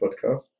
Podcast